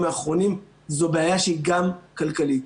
האחרונים זו בעיה שהיא גם כלכלית.